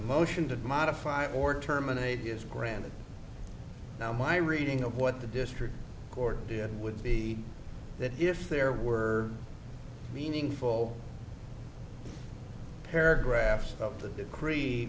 motion to modify or terminate is grand now my reading of what the district court did would be that if there were meaningful paragraphs of the decree